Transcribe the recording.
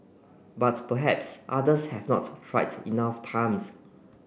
but perhaps others have not tried enough times